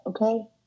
Okay